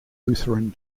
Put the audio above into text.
lutheran